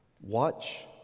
Watch